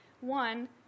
one